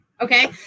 okay